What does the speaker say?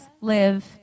live